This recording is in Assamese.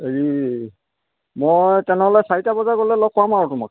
হেৰি মই তেনেহ'লে চাৰিটা বজাত গ'লে লগ পাম আৰু তোমাক